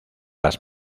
las